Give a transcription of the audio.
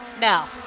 now